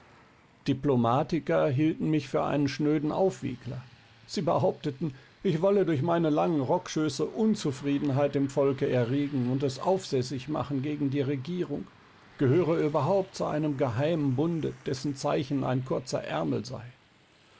diplomatiker hielten mich für einen schnöden aufwiegler sie behaupteten ich wolle durch meine langen rockschöße unzufriedenheit im volke erregen und es aufsässig machen gegen die regierung gehöre überhaupt zu einem geheimen bunde dessen zeichen ein kurzer ärmel sei